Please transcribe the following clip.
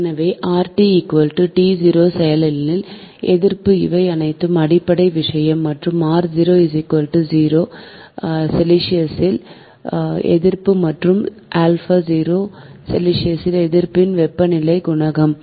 எங்கே செல்சியஸில் எதிர்ப்பு இவை அனைத்தும் அடிப்படை விஷயம் மற்றும் செல்சியஸில் எதிர்ப்பு மற்றும் செல்சியஸில் எதிர்ப்பின் வெப்பநிலை குணகம்